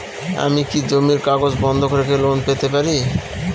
আমি কি জমির কাগজ বন্ধক রেখে লোন পেতে পারি?